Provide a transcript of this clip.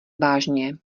vážně